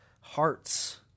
hearts